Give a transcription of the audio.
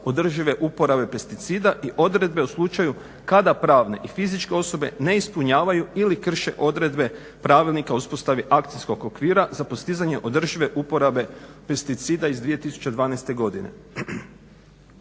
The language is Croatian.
održive uporabe pesticida i odredbe u slučaju kada pravne i fizičke osobe ne ispunjavaju ili krše odredbe Pravilnika o uspostavi akcijskog okvira za postizanje održive uporabe pesticida iz 2012. godine.